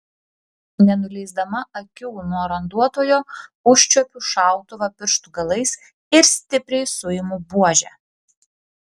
nenuleisdama akių nuo randuotojo užčiuopiu šautuvą pirštų galais ir stipriai suimu buožę